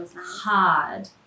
hard